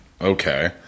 okay